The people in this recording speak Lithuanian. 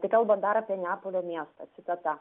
tai kalba dar apie neapolio miestą citata